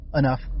enough